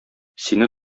сине